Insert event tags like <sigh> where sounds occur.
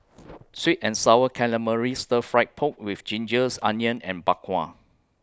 <noise> Sweet and Sour Calamari Stir Fry Pork with Gingers Onions and Bak Kwa